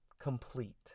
complete